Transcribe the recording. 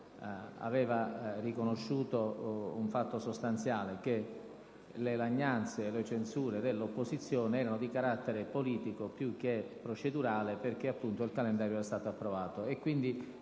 la Presidenza aveva riconosciuto un fatto sostanziale, e cioè che le lagnanze, le censure dell'opposizione erano di carattere politico più che procedurale perché, appunto, il calendario era stato approvato,